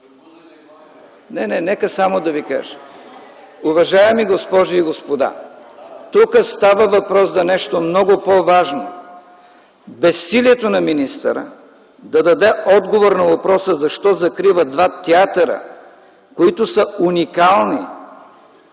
в мнозинството.) Уважаеми госпожи и господа, тук става въпрос за нещо много по-важно – безсилието на министъра да даде отговор на въпроса: защо закрива два театъра, които са уникални?